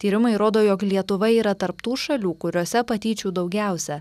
tyrimai rodo jog lietuva yra tarp tų šalių kuriose patyčių daugiausia